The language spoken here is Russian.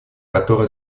который